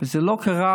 וזה לא קרה,